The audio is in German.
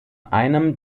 einem